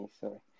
sorry